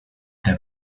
their